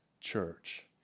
church